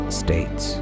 states